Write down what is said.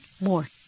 more